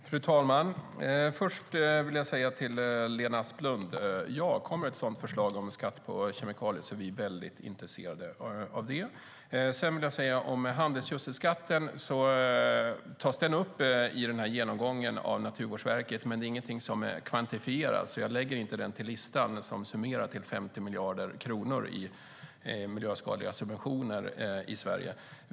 Fru talman! Först vill jag säga till Lena Asplund: Ja, kom med ett sådant förslag om en skatt på kemikalier! Vi är väldigt intresserade av det. Sedan vill jag säga om handelsgödselskatten att den tas upp i genomgången av Naturvårdsverket, men det är ingenting som är kvantifierat. Jag lägger inte den till listan, som summerar de miljöskadliga subventionerna i Sverige till 50 miljarder kronor.